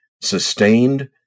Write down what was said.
sustained